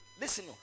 Listen